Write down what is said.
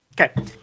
Okay